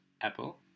apple